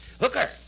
Hooker